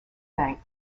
thanked